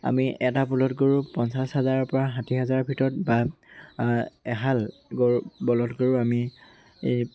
আমি এটা বলধ গৰু পঞ্চাছ হাজাৰৰ পৰা ষাঠি হাজাৰ ভিতৰত বা এহাল গৰু বলধ গৰু আমি এই